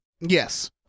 Yes